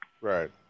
Right